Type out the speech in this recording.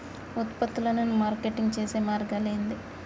ఉత్పత్తులను మార్కెటింగ్ చేసే మార్గాలు ఏంది?